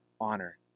honor